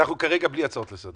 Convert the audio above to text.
אנחנו כרגע בלי הצעות לסדר.